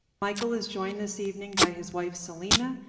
michael is joined this evening by his wife, selena,